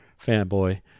fanboy